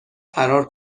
فرار